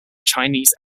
chinese